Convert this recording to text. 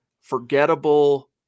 forgettable